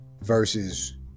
versus